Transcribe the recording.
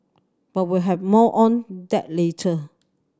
but we'll have more on that later